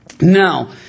Now